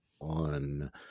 on